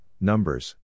Numbers